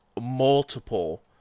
multiple